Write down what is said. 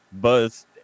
buzz